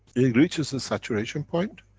it reaches the saturation point.